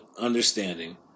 understanding